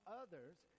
others